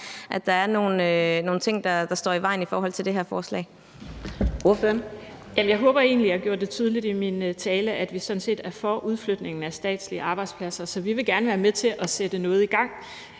at der er nogle ting, der står i vejen i forhold til det her forslag.